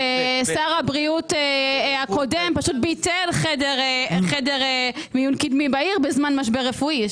ששר הבריאות הקודם ביטל חדר מיון קדמי בעיר בזמן משבר רפואי.